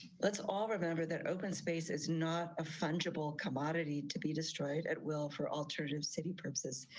let's all remember that open space is not a fungible commodity to be destroyed at will, for alternative city purposes.